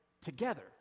together